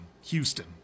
Houston